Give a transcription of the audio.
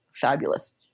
fabulous